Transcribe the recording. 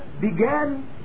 began